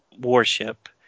warship